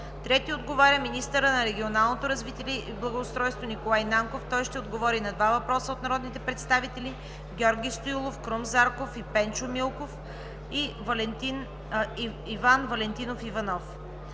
Трети отговаря министърът на регионалното развитие и благоустройството Николай Нанков на два въпроса от народните представители Георги Стоилов, Крум Зарков и Пенчо Милков и на Иван Валентинов Иванов.